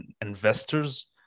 investors